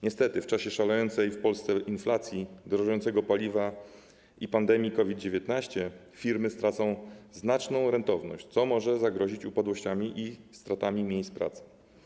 Niestety w czasie szalejącej w Polsce inflacji, drożejącego paliwa i pandemii COVID-19 firmy stracą rentowność, co może grozić upadłościami i stratami miejsc pracy.